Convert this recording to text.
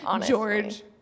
George